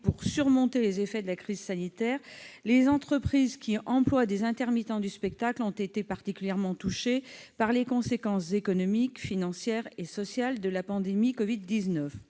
pour surmonter les effets de la crise sanitaire, les entreprises qui emploient des intermittents du spectacle ont été particulièrement touchées par les conséquences économiques, financières et sociales de la pandémie de covid-19.